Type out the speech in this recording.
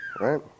Right